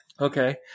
Okay